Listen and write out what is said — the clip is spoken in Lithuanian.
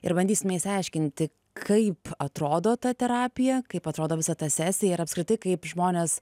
ir bandysime išsiaiškinti kaip atrodo ta terapija kaip atrodo visa ta sesija ir apskritai kaip žmonės